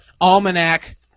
Almanac